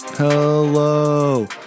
Hello